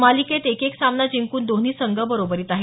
मालिकेत एक एक सामना जिंकून दोन्ही संघ बरोबरीत आहेत